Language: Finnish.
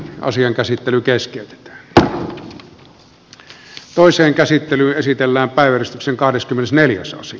asian käsittely keskeytetään